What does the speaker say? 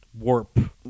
warp